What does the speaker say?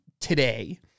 today